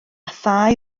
thai